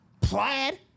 Plaid